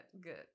good